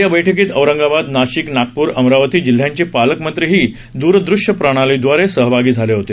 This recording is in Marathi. या बैठकीत औरंगाबाद नाशिक नागपूर अमरावती जिल्ह्यांचे पालकमंत्रीही द्रदृश्य प्रणालीदवारे सहभागी झाले होते